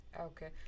okay